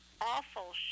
awful